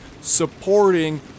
supporting